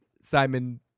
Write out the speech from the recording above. Simon